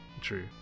True